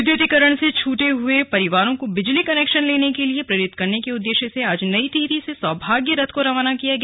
विद्युतीकरण से छूटे हुए परिवारों को बिजली कनेक्शन लेने के लिए प्रेरित करने के उद्देश्य से आज नई टिहरी से सौभाग्य रथ को रवाना किया गया